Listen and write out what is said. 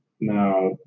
Now